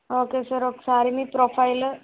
okay sir ఒకసారి మీ profile